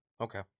Okay